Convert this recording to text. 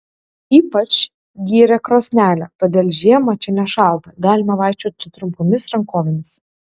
ypač gyrė krosnelę todėl žiemą čia nešalta galima vaikščioti trumpomis rankovėmis